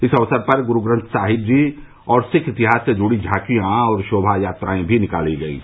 इस अवसर पर श्री ग्रूग्रन्थ साहिब जी और सिख इतिहास से जुड़ी झाकियां और शोभा यात्रायें भी निकाली गयीं